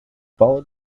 followed